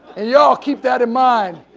and you all keep that in mind.